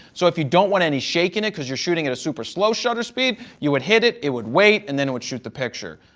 so, if you don't want any shaking, because you're shooting at a super slow shutter speed, you would hit it, it would wait and then it would shoot the picture.